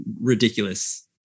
ridiculous